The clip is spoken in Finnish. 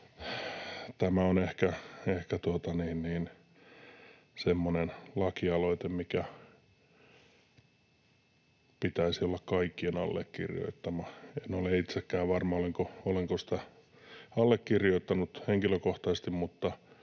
Tämä on ehkä semmoinen lakialoite, minkä pitäisi olla kaikkien allekirjoittama. En ole itsekään varma, olenko sitä allekirjoittanut henkilökohtaisesti, mutta